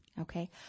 Okay